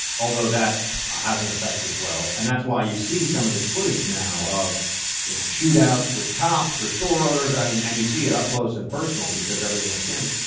although that has an effect as well, and that's why you see some of this footage now of yeah shootouts with cops or store owners, i mean and you see it up close and personal because everything has cameras.